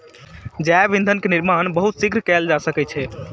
जैव ईंधन के निर्माण बहुत शीघ्र कएल जा सकै छै